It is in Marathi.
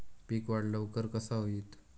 पीक वाढ लवकर कसा होईत?